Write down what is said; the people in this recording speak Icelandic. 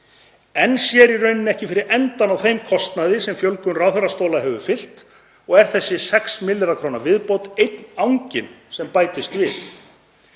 Enn sér í raun ekki fyrir endann á þeim kostnaði sem fjölgun ráðherrastóla hefur fylgt og er þessi 6 milljarða kr. viðbót einn anginn sem bætist við.